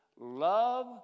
Love